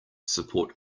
support